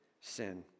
sin